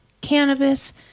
cannabis